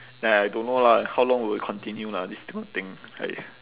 ya I don't know lah how long will it continue lah this kind of thing like